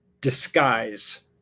disguise